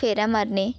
फेऱ्या मारणे